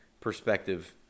perspective